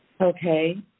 Okay